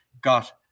got